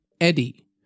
Eddie